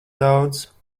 daudz